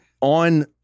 on